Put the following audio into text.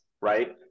right